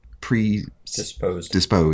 Predisposed